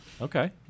Okay